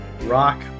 Rock